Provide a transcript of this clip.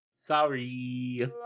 sorry